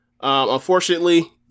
unfortunately